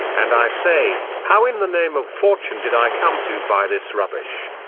and i say, how in the name of fortune did i come to buy this rubbish?